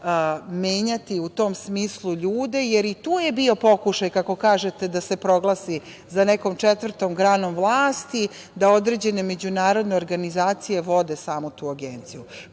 menjati u tom smislu ljude jer i tu je bio pokušaj, kako kažete, da se proglasi za nekom četvrtom granom vlasti, da određene međunarodne organizacije vode samo tu agenciju.